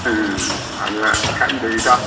ꯑꯥ ꯑꯗꯨ ꯈꯪꯗꯦ ꯏꯇꯥꯎ